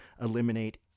eliminate